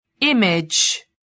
Image